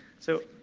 so